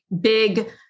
big